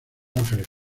angeles